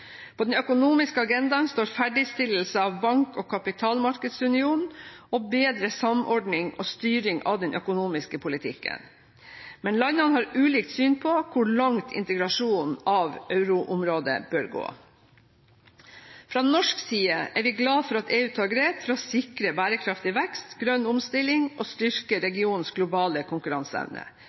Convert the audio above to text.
På den økonomiske agendaen står ferdigstillelse av bank- og kapitalmarkedsunionen og bedre samordning og styring av den økonomiske politikken. Men landene har ulikt syn på hvor langt integrasjonen av euroområdet bør gå. Fra norsk side er vi glade for at EU tar grep for å sikre bærekraftig vekst, grønn omstilling og styrke regionens globale konkurranseevne.